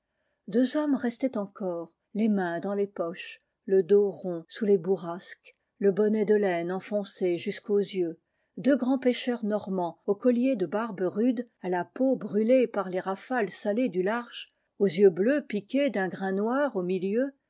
deux hommes restaient encore les mains dans les poches le dos rond sous les bourrasques le bonnet de laine enfoncé jusqu'aux yeux deux grands pêcheurs normands au collier de barbe rude à la peau brûlée par les rafales salées du large aux yeux bleus piqués d'un grain noir au milieu